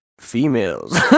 females